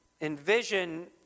envision